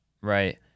Right